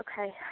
Okay